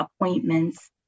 appointments